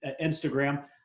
Instagram